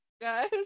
guys